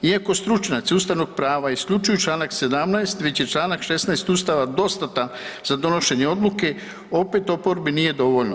Iako stručnjaci ustavnog prava isključuju čl. 17., već je čl. 16. ustava dostatan za donošenje odluke opet oporbi nije dovoljno.